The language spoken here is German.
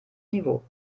niveau